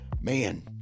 man